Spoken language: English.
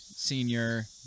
senior